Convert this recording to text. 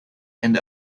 and